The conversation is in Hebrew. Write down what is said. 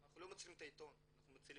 אנחנו לא מצילים רק את העיתון, אנחנו מצילים